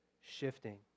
shifting